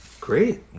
Great